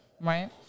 right